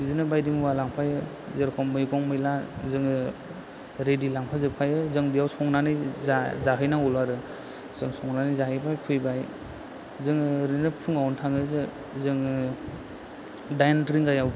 बिदिनो बायदि मुवा लांफायो जेरेखम मैगं मैला जोङो रेदि लांफाजोबखायो जों बेयाव संनानै जाहैनांगौल' आरो जों संनानै जाहैबाय फैबाय जोङो ओरैनो फुङाव थाङो जोङो दाइन रिंगायाव